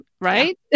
right